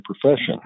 profession